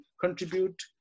contribute